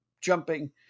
jumping